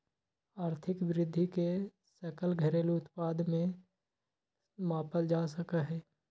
आर्थिक वृद्धि के सकल घरेलू उत्पाद से मापल जा सका हई